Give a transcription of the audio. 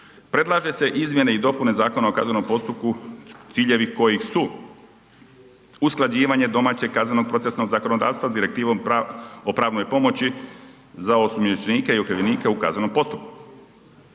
predlaže se izmjene i dopune ZKP-a ciljevi kojih su usklađivanje domaćeg kaznenog procesnog zakonodavstva sa direktivom o pravnoj pomoći za osumnjičenike i okrivljenike u kaznenom postupku,